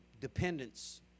dependence